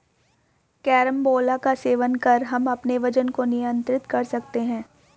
carambola का सेवन कर हम अपने वजन को नियंत्रित कर सकते हैं